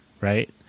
right